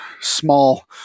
small